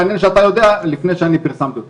מעניין שאתה יודע לפני שאני פרסמתי אותה.